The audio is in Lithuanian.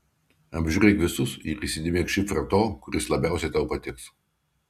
apžiūrėk visus ir įsidėmėk šifrą to kuris labiausiai tau patiks